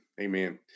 Amen